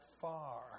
far